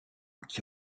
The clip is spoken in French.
qui